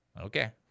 Okay